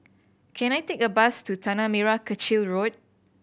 can I take a bus to Tanah Merah Kechil Road